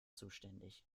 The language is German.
zuständig